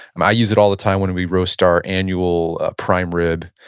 um i use it all the time when we roast our annual prime rib,